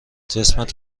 جسمت